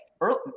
Early